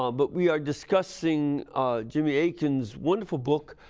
um but we're discussing jimmy akin's wonderful book,